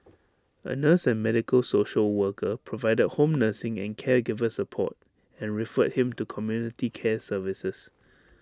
A nurse and medical social worker provided home nursing and caregiver support and referred him to community care services